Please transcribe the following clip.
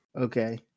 Okay